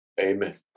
Amen